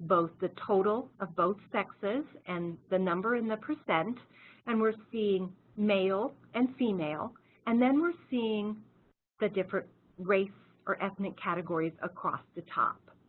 both the total of both sexes and the number in the percent and we're seeing male and female and then we're seeing the different race or ethnic categories across the top.